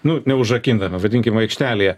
nu neužrakinta pavadinkim aikštelėje